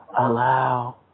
allow